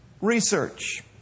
Research